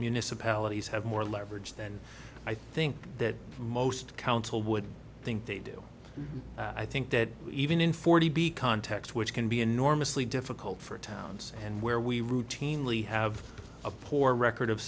municipalities have more leverage than i think that most council would think they do i think that even in forty b context which can be enormously difficult for towns and where we routinely have a poor record of